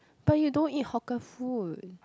but you don't eat hawker food